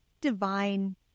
divine